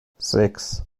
sechs